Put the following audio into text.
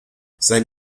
sein